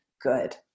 good